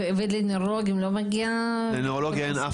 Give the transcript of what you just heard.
לעומת זאת בנוירולוגיה יש רק